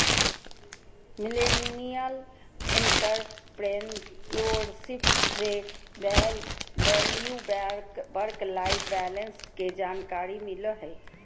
millennial entrepreneurship से value work life balance के जानकारी मिलो हय